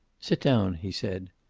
sit down, he said.